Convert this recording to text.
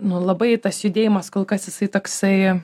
nuo labai tas judėjimas kol kas jisai toksai